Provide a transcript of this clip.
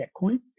Bitcoin